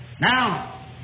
Now